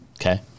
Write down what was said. Okay